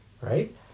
Right